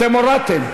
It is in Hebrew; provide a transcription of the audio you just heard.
אתם הורדתם.